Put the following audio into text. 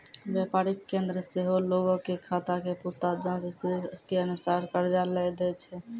व्यापारिक केन्द्र सेहो लोगो के खाता के पूछताछ जांच स्थिति के अनुसार कर्जा लै दै छै